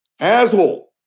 asshole